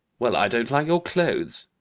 well, i don't like your clothes.